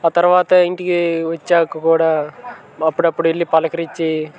ఆ తర్వాత ఇంటికి వచ్చాక కూడా అప్పుడప్పుడు వెళ్ళి పలకరించి